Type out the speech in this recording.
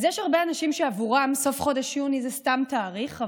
אז יש הרבה אנשים שעבורם סוף חודש יוני זה סתם תאריך,